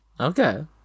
Okay